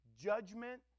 judgment